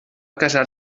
casar